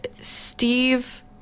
Steve